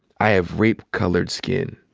i have rape-colored skin,